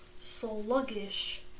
Sluggish